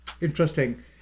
Interesting